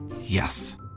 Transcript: Yes